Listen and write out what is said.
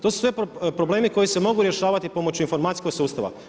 To su sve problemi koji se mogu rješavati pomoću informacijskog sustava.